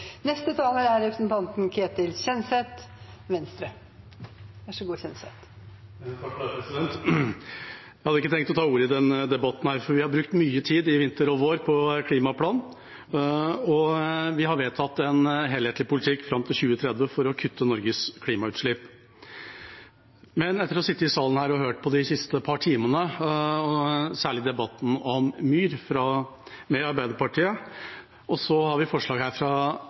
Jeg hadde ikke tenkt å ta ordet i denne debatten, for vi har brukt mye tid i vinter og vår på klimaplanen, og vi har vedtatt en helhetlig politikk fram til 2030 for å kutte Norges klimautslipp. Men etter å ha sittet i salen her og hørt på de siste par timene, særlig debatten om myr, med Arbeiderpartiet, og så har vi forslag her fra